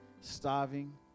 starving